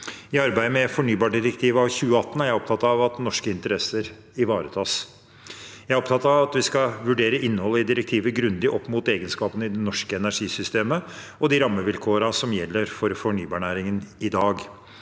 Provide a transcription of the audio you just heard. I arbeidet med fornybardirektivet av 2018 er jeg opptatt av at norske interesser ivaretas. Jeg er opptatt av at vi skal vurdere innholdet i direktivet grundig opp mot egenskapene i det norske energisystemet og de rammevilkårene som gjelder for fornybarnæringen i dag.